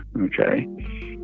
okay